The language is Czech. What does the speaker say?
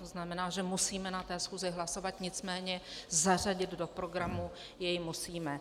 Neznamená to, že musíme na té schůzi hlasovat, nicméně zařadit do programu jej musíme.